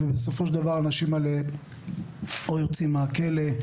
ובסופו של דבר האנשים האלה או יוצאים מהכלא,